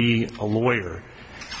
be a lawyer